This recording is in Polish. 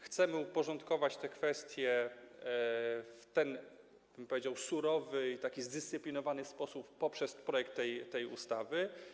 Chcemy uporządkować te kwestie w ten, jak bym powiedział, surowy i taki zdyscyplinowany sposób poprzez projekt tej ustawy.